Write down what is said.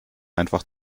einfach